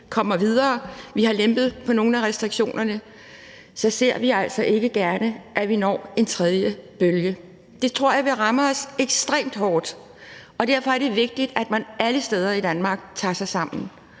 kommer videre – vi har lempet nogle af restriktionerne – så ser vi altså ikke gerne, at vi når en tredje bølge. Det tror jeg vil ramme os ekstremt hårdt, og derfor er det vigtigt, at man alle steder i Danmark tager sig sammen,